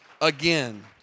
again